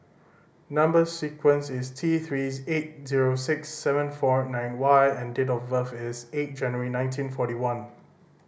number sequence is T Three eight zero six seven four nine Y and date of birth is eight January nineteen forty one